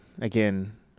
again